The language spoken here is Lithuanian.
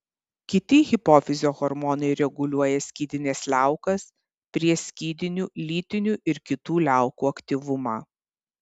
kiti hipofizio hormonai reguliuoja skydinės liaukos prieskydinių lytinių ir kitų liaukų aktyvumą